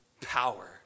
power